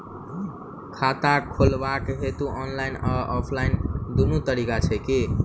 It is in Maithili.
खाता खोलेबाक हेतु ऑनलाइन आ ऑफलाइन दुनू तरीका छै की?